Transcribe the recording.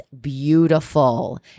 beautiful